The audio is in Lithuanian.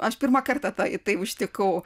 aš pirmą kartą tą tai užtikau